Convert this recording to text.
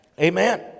Amen